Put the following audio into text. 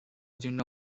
军政